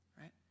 right